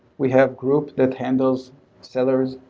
we have groups that handled sellers,